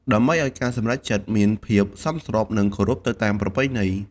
ដើម្បីឱ្យការសម្រេចចិត្តមានភាពសមស្រប និងគោរពទៅតាមប្រពៃណី។